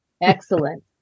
Excellent